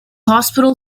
hospital